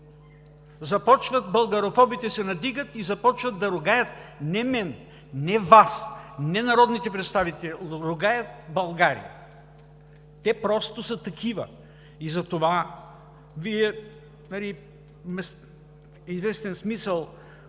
кампания. Българофобите се надигат и започват да ругаят не мен, не Вас, не народните представители, но ругаят България. Те просто са такива! Вие в известен смисъл